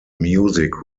music